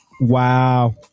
Wow